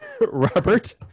Robert